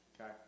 okay